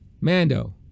Mando